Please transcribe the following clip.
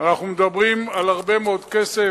אנחנו מדברים על הרבה מאוד כסף,